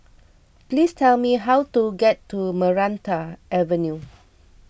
please tell me how to get to Maranta Avenue